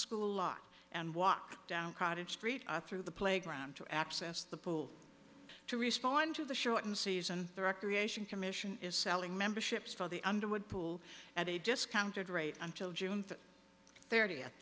school a lot and walk down crowded street through the playground to access the pool to respond to the shortened season the recreation commission is selling memberships for the underwood pool at a discounted rate until june thirtieth